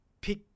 pick